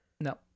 No